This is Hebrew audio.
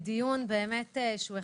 ברוכים וברוכות הבאים לדיון שהוא באמת אחד